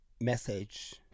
Message